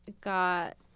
got